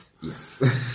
Yes